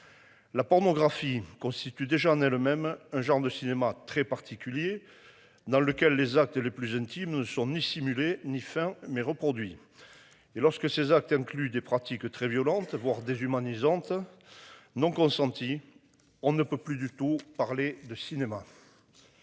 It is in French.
La pornographie constitue déjà en elle même, un genre de cinéma très particulier dans lequel les actes les plus intimes ne sont ni simuler ni fin mai reproduit. Et lorsque ces actes incluent des pratiques très violentes, voire déshumanisante. Non consentie. On ne peut plus du tout parler de cinéma.